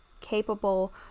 capable